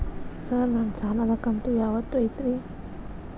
Sir ನನ್ನ ಸಾಲದ ಕಂತು ಯಾವತ್ತೂ ಐತ್ರಿ?